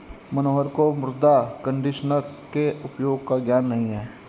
मनोहर को मृदा कंडीशनर के उपयोग का ज्ञान नहीं है